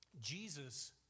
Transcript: Jesus